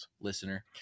listener